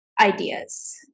ideas